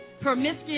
promiscuous